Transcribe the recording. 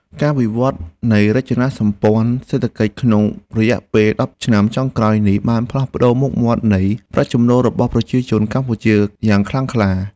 ការវិវត្តនៃរចនាសម្ព័ន្ធសេដ្ឋកិច្ចក្នុងរយៈពេលដប់ឆ្នាំចុងក្រោយនេះបានផ្លាស់ប្តូរមុខមាត់នៃប្រាក់ចំណូលរបស់ប្រជាជនកម្ពុជាយ៉ាងខ្លាំងក្លា។